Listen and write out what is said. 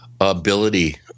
ability